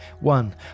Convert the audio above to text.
One